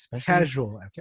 Casual